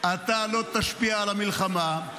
אתה לא תשפיע על המלחמה,